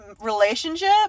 relationship